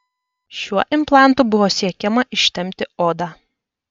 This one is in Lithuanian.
šiuo implantu buvo siekiama ištempti odą